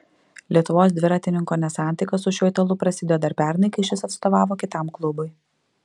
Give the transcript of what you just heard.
lietuvos dviratininko nesantaika su šiuo italu pasidėjo dar pernai kai šis atstovavo kitam klubui